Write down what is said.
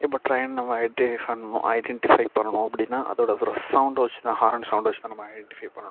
இப்போ ட்ரெயின் நம்ம எப்படி ஐடெண்டிஃபை பண்ணனும் அப்படினா அதோடய சவுண்ட் வச்சு தான் ஹாரன் சவுண்ட் வச்சு தான் நம்ம ஐடெண்டிஃபை பண்ணனும்